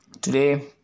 today